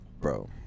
bro